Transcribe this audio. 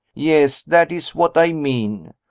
yes, that is what i mean.